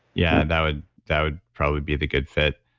yeah, that would that would probably be the good fit.